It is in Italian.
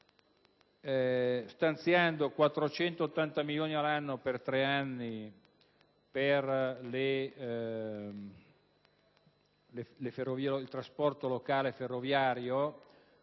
stanziando 480 milioni di euro all'anno per tre anni per il trasporto locale ferroviario.